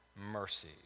mercy